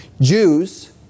Jews